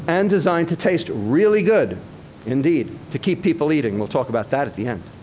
and designed to taste really good indeed, to keep people eating. we'll talk about that at the end.